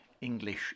English